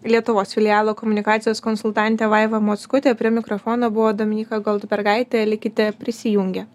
lietuvos filialo komunikacijos konsultantė vaiva mockutė prie mikrofono buvo dominyka goldbergaitė likite prisijungę